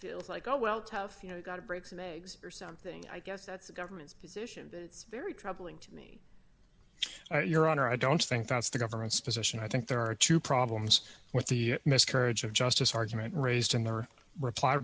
feels like oh well tough you know you got to break some eggs or something i guess that's the government's position but it's very troubling to me your honor i don't think that's the government's position i think there are two problems with the miscarriage of justice argument raised in their reply